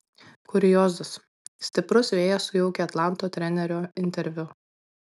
kuriozas stiprus vėjas sujaukė atlanto trenerio interviu